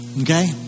Okay